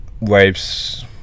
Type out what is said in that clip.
Waves